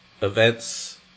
events